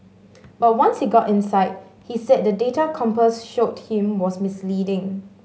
but once he got inside he said the data Compass showed him was misleading